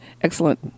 excellent